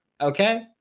Okay